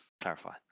clarify